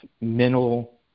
mental